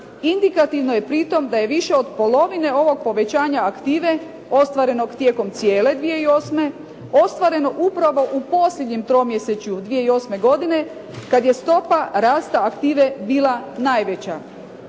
Indikativno je pri tome da je više od polovine ovog povećanja aktive ostvarenog tijekom cijele 2008. ostvareno upravo u posljednjem tromjesečju 2008. godine kada je stopa rasta aktive bila najveća.